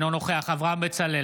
אינו נוכח אברהם בצלאל,